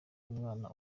umwana